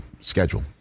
schedule